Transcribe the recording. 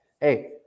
Hey